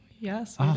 Yes